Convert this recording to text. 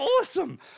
awesome